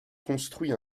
construit